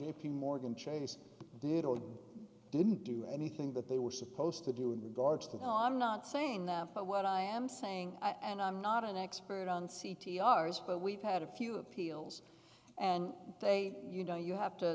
p morgan chase did or didn't do anything that they were supposed to do with regards to the i'm not saying them but what i am saying and i'm not an expert on c t r's but we've had a few appeals and they you know you have to